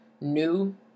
new